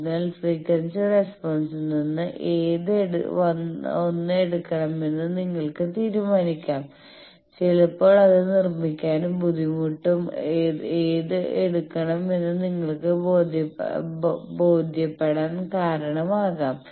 അതിനാൽ ഫ്രീക്വൻസി റെസ്പോൺസിൽ നിന്ന് ഏത് 1 എടുക്കണമെന്ന് നിങ്ങൾക്ക് തീരുമാനിക്കാം ചിലപ്പോൾ അത് നിർമിക്കാനുള്ള ബുദ്ധിമുട്ടും ഏത് എടുക്കണം എന്ന് നിങ്ങൾക്ക് ബോധ്യപ്പെടാൻ കാരണം ആകാം